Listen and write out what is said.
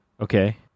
Okay